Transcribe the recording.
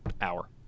hour